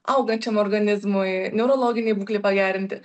augančiam organizmui neurologinei būklei pagerinti